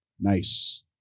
Nice